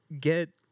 get